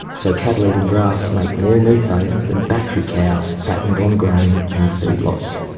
so cattle eating grass make more methane than battery cows fattened on grain in feed lots.